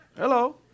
Hello